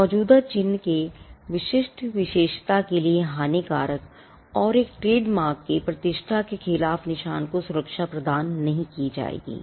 मौजूदा चिह्न के विशिष्ट विशेषता के लिए हानिकारक और एक ट्रेडमार्क के प्रतिष्ठा के खिलाफ निशान को सुरक्षा प्रदान नहीं की जाएगी